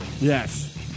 Yes